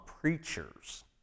preachers